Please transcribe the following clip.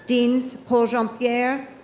deans paul jean-pierre,